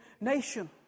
nation